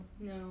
no